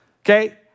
Okay